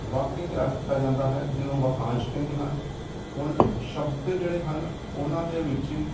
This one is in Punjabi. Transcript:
ਵਾਕਯ ਤਿਆਰ ਕੀਤਾ ਜਾਂਦਾ ਹੈ ਜਿਹਨੂੰ ਵਾਕਾਂਸ਼ ਕਹਿੰਦੇ ਹਨ ਹੁਣ ਸ਼ਬਦ ਜਿਹੜੇ ਹਨ ਉਹਨਾਂ ਦੇ ਵਿੱਚ